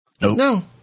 No